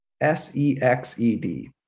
S-E-X-E-D